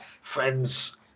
friends